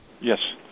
Yes